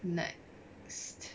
next